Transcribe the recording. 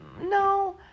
No